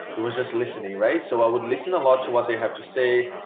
it was just listening right. so i would listen a lot to what they have to say.